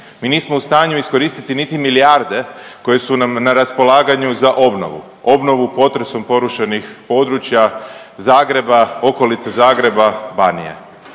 mi nismo u stanju iskoristiti niti milijarde koje su nam na raspolaganju za obnovu, obnovu potresom porušenih područja Zagreba, okolice Zagreba, Banije.